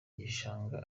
gishanga